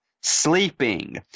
sleeping